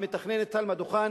המתכננת תלמה דוכן